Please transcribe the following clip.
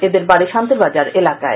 এদের বাডি শান্তিরবাজার এলাকায়